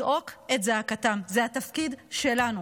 אנחנו צריכים לזעוק את זעקתם, זה התפקיד שלנו.